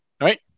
Right